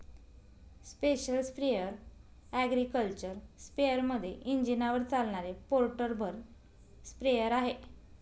special sprayer agriculture स्पेअरमध्ये इंजिनावर चालणारे पोर्टेबल स्प्रेअर आहे